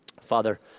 Father